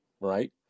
right